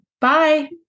Bye